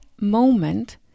moment